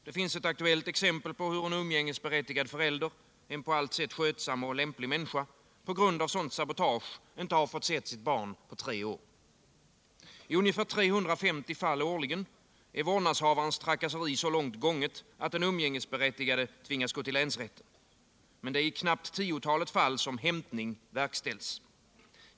Det finns ett aktuellt exempel på hur en umgängesberättigad förälder, en på allt sätt skötsam och lämplig människa, på grund av sådant sabotage inte fått se sitt barn på tre år. I ungefär 350 fall årligen är vårdnadshavarens trakasseri så långt gånget, att den umgängesberättigade tvingas gå till länsrätten. Men det är i knappt tiotalet fall som hämtning verkställs.